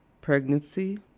pregnancy